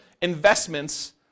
investments